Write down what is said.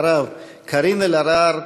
אחריו, קארין אלהרר,